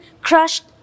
crushed